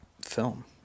film